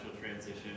transition